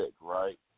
right